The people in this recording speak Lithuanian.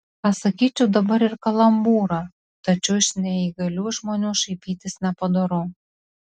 pasakyčiau dabar ir kalambūrą tačiau iš neįgalių žmonių šaipytis nepadoru